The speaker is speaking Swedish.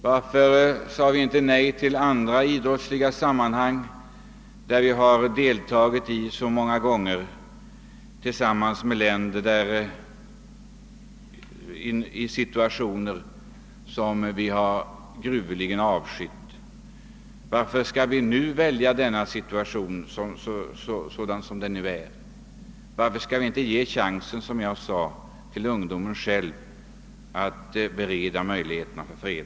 Varför har vi inte sagt nej till deltagande i andra idrottsliga sammanhang där vi så många gånger har deltagit tillsammans med länder vilkas politik vi grundligt har avskytt? Varför skall vi inte ge chansen till ungdomen att bereda möjligheter för fred?